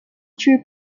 three